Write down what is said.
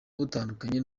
butandukanye